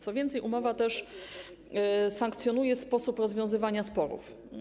Co więcej, umowa sankcjonuje sposób rozwiązywania sporów.